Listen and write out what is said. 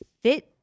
fit